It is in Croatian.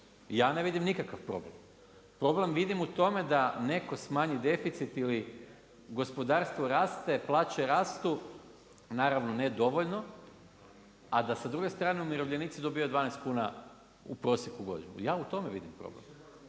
Ja ne vidim nikakav problem. Problem vidim u tome da neko smanji deficit ili gospodarstvo raste, plaće rastu naravno ne dovoljno, a da sa druge strane umirovljenici dobivaju 12 kuna u prosjeku u godini. Ja u tome vidim problem.